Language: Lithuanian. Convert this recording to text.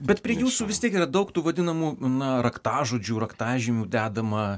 bet prie jūsų vis tiek yra daug tų vadinamų na raktažodžių raktažymių dedama